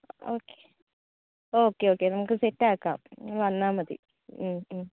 okay okay okay നമുക്ക് സെറ്റാക്കാം നിങ്ങൾ വന്നാൽ മതി